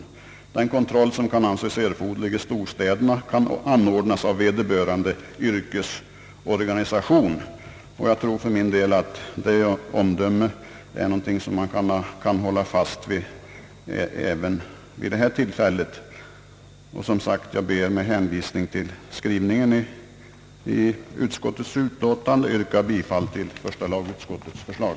Det sades att den kontroll som kunde anses erforderlig i storstäderna kunde anordnas av vederbörande yrkesorganisation. Jag tror för min del att det är ett omdöme som vi kan hålla fast vid även vid detta tillfälle. Jag ber med hänvisning till skrivningen i utskottets utlåtande attfå yrka bifall till första lagutskottets förslag.